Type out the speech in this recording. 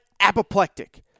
apoplectic